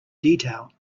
detail